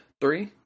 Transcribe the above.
Three